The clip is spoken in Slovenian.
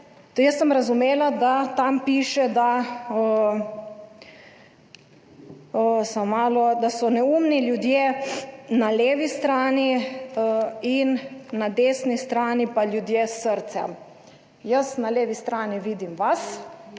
jaz sem razumela, da tam piše, da ... Samo malo. Da so neumni ljudje na levi strani in na desni strani pa ljudje s srcem. Jaz na levi strani vidim vas,